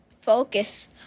focus